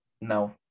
no